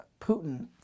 Putin